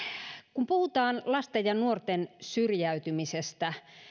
kun puhutaan lasten ja nuorten syrjäytymisestä